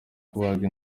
kubaga